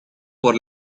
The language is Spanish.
por